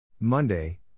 Monday